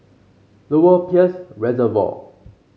Lower Peirce Reservoir